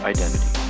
Identity